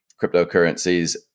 cryptocurrencies